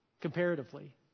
Comparatively